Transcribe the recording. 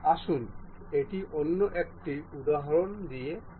আসুন এটি অন্য একটি উদাহরণ দিয়ে করি